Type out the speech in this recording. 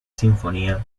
sinfonía